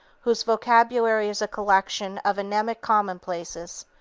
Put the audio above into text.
whose vocabulary is a collection of anaemic commonplaces,